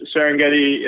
Serengeti